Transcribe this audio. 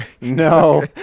No